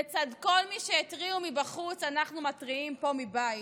לצד כל מי שהתריעו מבחוץ, אנחנו מתריעים פה מבית.